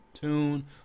tune